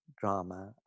drama